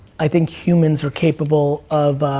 i think humans are capable of,